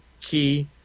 key